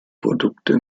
produkte